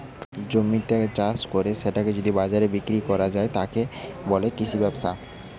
জমিতে চাষ কত্তে সেটাকে যদি বাজারের দরে বিক্রি কত্তে যায়, তাকে বলে কৃষি ব্যবসা